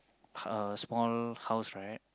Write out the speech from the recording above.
uh small house right